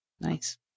Nice